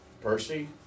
Percy